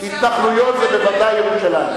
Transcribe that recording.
התנחלויות זה בוודאי ירושלים.